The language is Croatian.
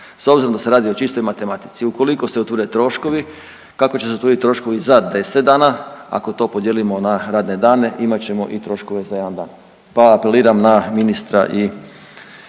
S obzirom da se radi o čistoj matematici ukoliko se utvrde troškovi, kako će se utvrdit troškovi za 10 dana ako to podijelimo na radne dane imat ćemo i troškove za jedan dan, pa apeliram na ministra i